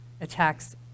attacks